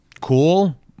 Cool